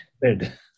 Bed